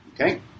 Okay